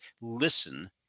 listen